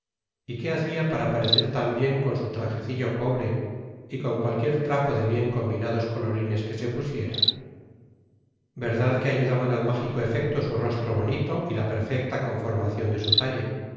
y qué hacía para parecer tan bien con su trajecillo pobre y con cualquier trapo de bien combinados colorines que se pusiera verdad que ayudaban al mágico efecto su rostro bonito y la perfecta conformación de su talle